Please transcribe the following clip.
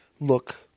look